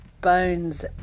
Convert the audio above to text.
bones